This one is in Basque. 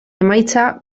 emaitza